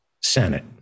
Senate